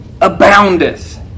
aboundeth